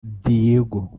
diego